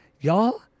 y'all